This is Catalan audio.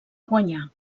guanyar